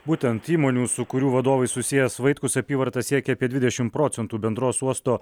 būtent įmonių su kurių vadovais susijęs vaitkus apyvarta siekia apie dvidešim procentų bendros uosto